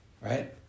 Right